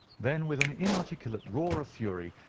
then, with an inarticulate roar of fury,